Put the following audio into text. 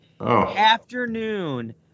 afternoon